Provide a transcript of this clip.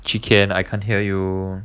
chee ken I can't hear you